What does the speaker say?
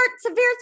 severe